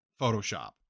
Photoshop